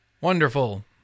Wonderful